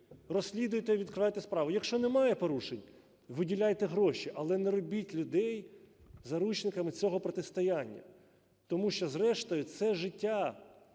розслідуйте, відкривайте справу. Якщо немає порушень, виділяйте гроші, але не робіть людей заручниками цього протистояння, тому що зрештою це життя.